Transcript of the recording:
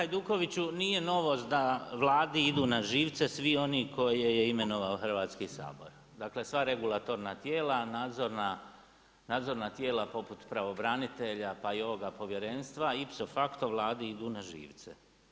Kolega Hajdukoviću, nije novost da Vladi idu na živce svi oni koje je imenovao Hrvatski sabor, dakle sva regulatorna tijela, nadzorna tijela poput pravobranitelja pa i ovoga povjerenstva ipso facto Vladi idu na živce.